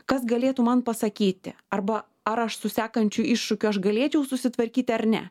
kas galėtų man pasakyti arba ar aš su sekančiu iššūkiu aš galėčiau susitvarkyti ar ne